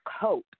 cope